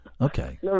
okay